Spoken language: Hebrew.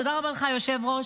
תודה רבה לך, היושב-ראש,